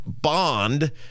bond